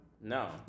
No